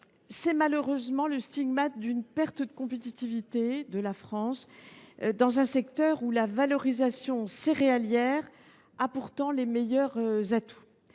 est malheureusement le stigmate d’une perte de compétitivité de la France, dans un secteur où la valorisation céréalière possède pourtant les meilleurs atouts.